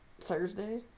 Thursday